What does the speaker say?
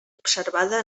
observada